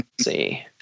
see